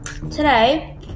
Today